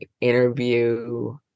interview